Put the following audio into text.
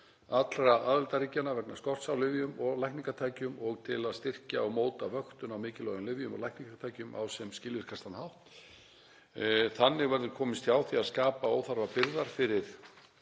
allra aðildarríkjanna vegna skorts á lyfjum og lækningatækjum og til að styrkja og móta vöktun á mikilvægum lyfjum og lækningatækjum á sem skilvirkastan hátt. Þannig verður komist hjá því að skapa óþarfabyrðar fyrir